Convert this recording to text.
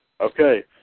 Okay